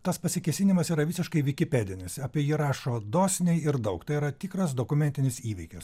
tas pasikėsinimas yra visiškai vikipedinis apie jį rašo dosniai ir daug tai yra tikras dokumentinis įvykis